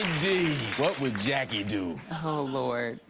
what would jackie do? oh lord.